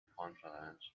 conference